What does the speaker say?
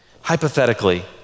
Hypothetically